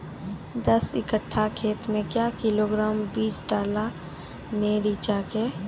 दस कट्ठा खेत मे क्या किलोग्राम बीज डालने रिचा के?